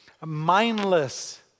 mindless